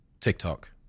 TikTok